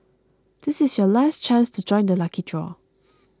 this is your last chance to join the lucky draw